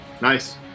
Nice